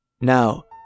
Now